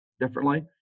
differently